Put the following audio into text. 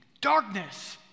Darkness